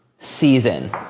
season